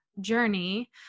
journey